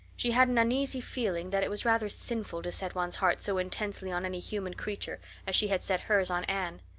she had an uneasy feeling that it was rather sinful to set one's heart so intensely on any human creature as she had set hers on anne,